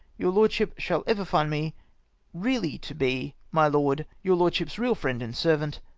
your lordship shall ever find me really to be, my lord, your lordship's real friend and servant,